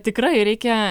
tikrai reikia